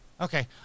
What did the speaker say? okay